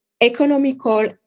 economical